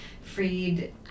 freed